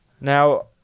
Now